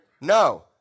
No